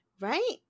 Right